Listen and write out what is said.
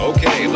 Okay